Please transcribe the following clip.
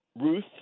Ruth